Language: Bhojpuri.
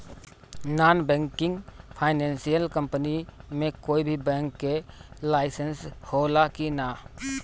नॉन बैंकिंग फाइनेंशियल कम्पनी मे कोई भी बैंक के लाइसेन्स हो ला कि ना?